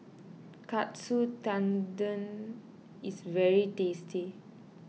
Katsu Tendon is very tasty